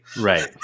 right